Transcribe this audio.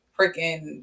Freaking-